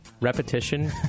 Repetition